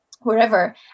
wherever